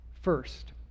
first